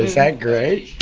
is that great.